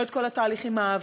לא את כל התהליכים אהבתי,